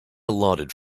allotted